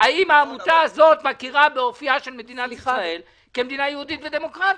האם העמותה הזאת מכירה באופייה של מדינת ישראל כמדינה יהודית ודמוקרטית,